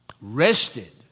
Rested